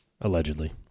Allegedly